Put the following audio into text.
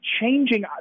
changing